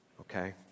okay